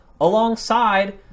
alongside